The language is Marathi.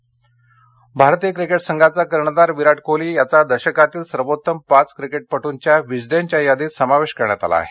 विराट कोहली भारतीय क्रिकेट संघाचा कर्णधार विराट कोहली याचा दशकातील सर्वोत्तम पाच क्रिकेटपट्टंच्या विस्डेनच्या यादीत समावेश करण्यात आला आहे